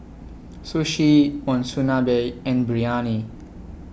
Sushi Monsunabe and Biryani